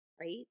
right